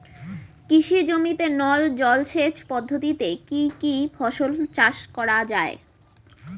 কৃষি জমিতে নল জলসেচ পদ্ধতিতে কী কী ফসল চাষ করা য়ায়?